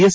S